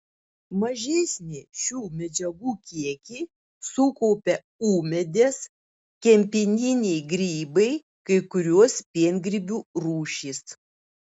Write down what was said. mažesnį šių medžiagų kiekį sukaupia ūmėdės kempininiai grybai kai kurios piengrybių rūšys